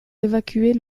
évacuer